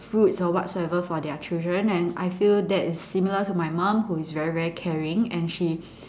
fruits or whatsoever for their children and I feel that is very similar to my mom who is very very caring and she